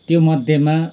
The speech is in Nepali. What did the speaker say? त्योमध्येमा